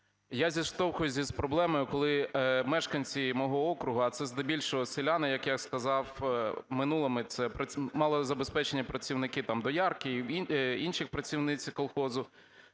я зіштовхуюсь із проблемою, коли мешканці мого округу, а це здебільшого селяни, як я сказав, в минулому це малозабезпечені працівники, доярки, інші працівниці колгоспу,